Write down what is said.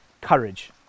courage